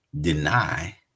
deny